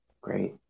Great